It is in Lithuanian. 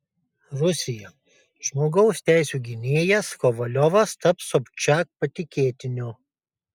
rusija žmogaus teisių gynėjas kovaliovas taps sobčiak patikėtiniu